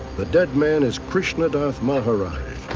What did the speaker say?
the dead man is krishnadath maharaj,